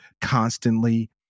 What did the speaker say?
constantly